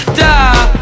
die